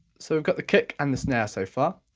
so we've got the kick and the snare so far,